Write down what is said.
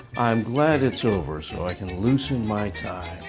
i'm glad it's over so i can loosen my tie.